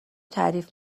تعریف